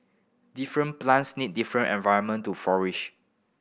different plants need different environment to flourish